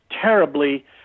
terribly